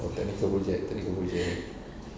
oh technical project technical project